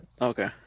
Okay